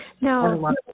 No